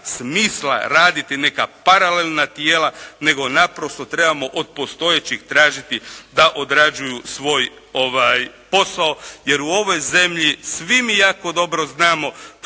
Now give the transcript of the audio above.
smisla raditi neka paralelna tijela, nego naprosto trebamo od postojećih tražiti da odrađuju svoj posao jer u ovoj zemlji svi mi jako dobro znamo